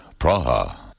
Praha